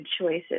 choices